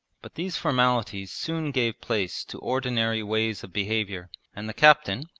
but these formalities soon gave place to ordinary ways of behaviour, and the captain,